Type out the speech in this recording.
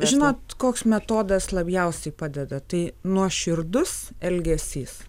žinot koks metodas labiausiai padeda tai nuoširdus elgesys